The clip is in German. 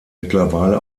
mittlerweile